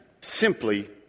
simply